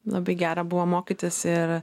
labai gera buvo mokytis ir